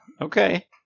Okay